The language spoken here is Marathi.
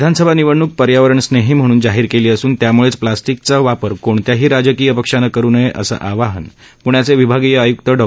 विधानसभा निवडणूक पर्यावरण स्नेही म्हणून जाहीर केली असून त्यामुळेच प्लॅस्टिकचा वापर कोणत्याही राजकीय पक्षाने करू नये असं आवाहन पण्याचे विभागीय आयक्त डॉ